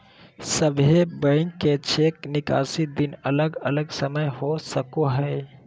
सभे बैंक के चेक निकासी दिन अलग अलग समय हो सको हय